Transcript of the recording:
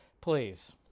please